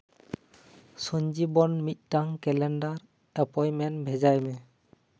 ᱥᱚᱧᱡᱤᱵᱚᱱ ᱢᱤᱫᱴᱟᱝ calendar appointment ᱵᱷᱮᱡᱟᱭ ᱢᱮ